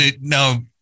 Now